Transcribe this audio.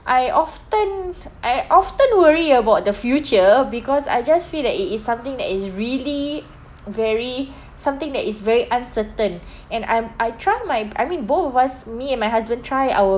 I often I often worry about the future because I just feel that it is something that is really very something that is very uncertain and I'm I try my I mean both of us me and my husband try our